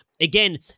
Again